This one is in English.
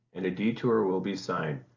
and a detour will be signed.